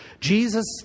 Jesus